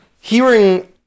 hearing